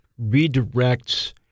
redirects